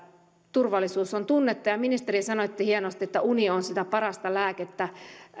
turvallisuus on tunnetta ministeri sanoitte hienosti että uni on sitä parasta lääkettä